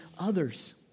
others